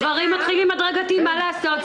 דברים מתחילים בהדרגתיות, ככה זה, מה לעשות.